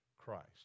Christ